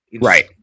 right